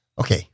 Okay